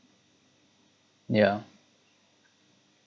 yeah